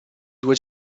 due